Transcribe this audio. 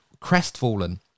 Crestfallen